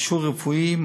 מכשור רפואי,